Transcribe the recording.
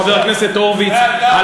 חבר הכנסת הורוביץ,